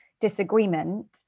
disagreement